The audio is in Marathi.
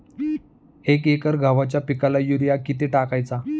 एक एकर गव्हाच्या पिकाला युरिया किती टाकायचा?